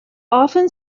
often